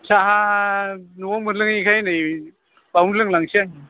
साहा न'आव मोनलोङैखाय नै बावनो लोंलांसै आं